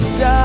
die